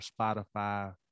Spotify